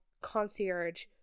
concierge